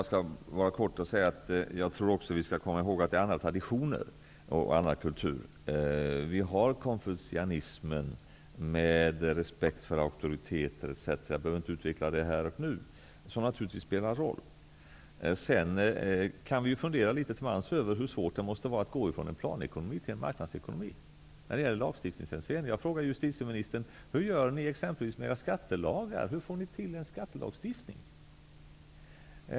Herr talman! Jag tycker också att vi skall komma ihåg att där finns andra traditioner och en annan kultur. Vi har konfucianismen med respekt för auktoriteter etc. -- jag behöver inte utveckla detta nu -- som naturligtvis spelar in. Vi kan sedan litet till mans fundera över hur svårt det måste vara i lagstiftningshänseende att gå från en planekonomi till en marknadsekonomi. Jag frågade justitieministern hur de t.ex. gör med skattelagar. Hur får de till en skattelagstiftning?